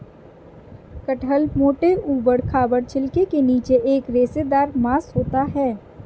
कटहल मोटे, ऊबड़ खाबड़ छिलके के नीचे एक रेशेदार मांस होता है